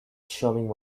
shoving